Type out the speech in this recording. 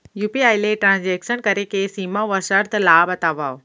UPI ले transaction करे के सीमा व शर्त ला बतावव?